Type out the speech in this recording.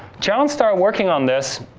john started working on this,